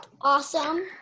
Awesome